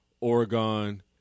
Oregon